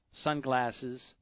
sunglasses